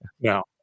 No